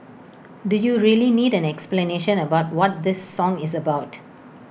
do you really need an explanation about what this song is about